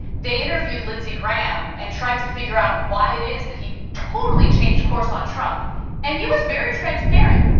they interviewed lindsey graham and tried to figure out why it is that he totally changed course on trump and he was very transparent.